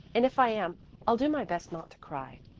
and if i am i'll do my best not to cry.